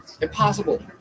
Impossible